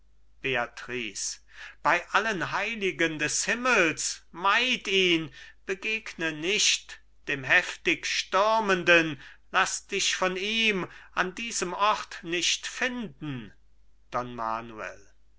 bei allen heiligen des himmels meid ihn begegne nicht dem heftig stürmenden laß dich von ihm an diesem ort nicht finden